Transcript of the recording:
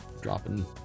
dropping